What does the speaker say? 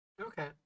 Okay